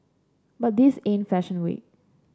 but this ain't fashion week